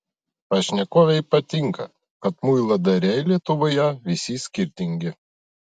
pašnekovei patinka kad muiladariai lietuvoje visi skirtingi